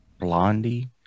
Blondie